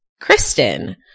Kristen